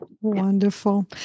Wonderful